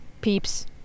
peeps